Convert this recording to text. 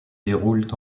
déroulent